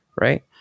right